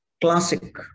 classic